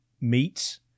meats